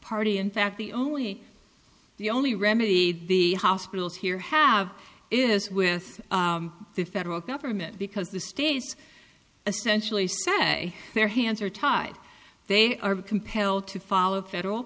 party in fact the only the only remedy the hospitals here have is with the federal government because the states essentially say their hands are tied they are compelled to follow federal